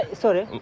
sorry